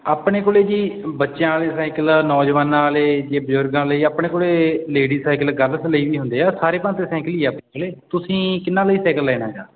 ਆਪਣੇ ਕੋਲ ਜੀ ਬੱਚਿਆਂ ਵਾਲੇ ਸਾਇਕਲ ਹੈ ਨੌਜਵਾਨਾਂ ਵਾਲੇ ਜੇ ਬਜ਼ੁਰਗਾਂ ਲਈ ਆਪਣੇ ਕੋਲ ਲੇਡੀਸ ਸਾਈਕਲ ਗਰਲਸ ਲਈ ਵੀ ਹੁੰਦੇ ਆ ਸਾਰੇ ਭਾਂਤ ਦੇ ਸਾਇਕਲ ਹੀ ਆ ਆਪਣੇ ਕੋਲ ਤੁਸੀਂ ਕਿਨ੍ਹਾਂ ਲਈ ਸਾਇਕਲ ਲੈਣਾ ਹੈਗਾ